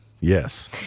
Yes